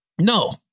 No